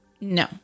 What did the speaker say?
No